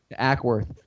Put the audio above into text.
Ackworth